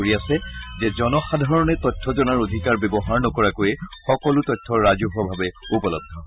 কৰি আছে জনসাধাৰণে তথ্য জনাৰ অধিকাৰ ব্যৱহাৰ নকৰাকৈয়ে সকলো তথ্য ৰাজহুৱাভাৱে উপলব্ধ হয়